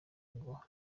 ngo